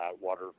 water